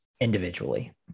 individually